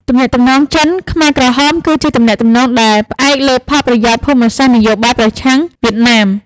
ទំនាក់ទំនងចិន-ខ្មែរក្រហម គឺជាទំនាក់ទំនងដែលផ្អែកលើផលប្រយោជន៍ភូមិសាស្ត្រនយោបាយប្រឆាំងវៀតណាម។